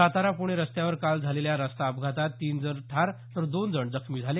सातारा पूणे रस्त्यावर काल झालेल्या रस्ता अपघातात तीन जण ठार तर दोन जण जखमी झाले